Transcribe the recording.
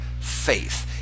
faith